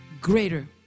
greater